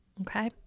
Okay